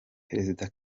perezida